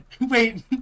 Wait